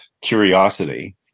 curiosity